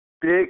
big